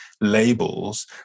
labels